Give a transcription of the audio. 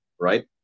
right